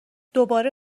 دوباره